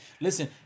Listen